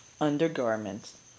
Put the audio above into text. undergarments